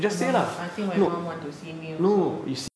no lah I think my mom wanted to see me also